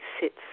sits